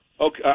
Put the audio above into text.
Okay